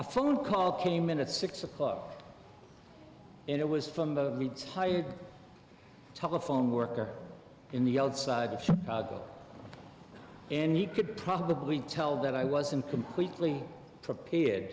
a phone call came in at six o'clock and it was from a retired telephone worker in the outside of chicago and he could probably tell that i wasn't completely prepared